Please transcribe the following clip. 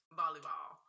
volleyball